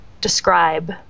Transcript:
describe